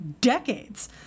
decades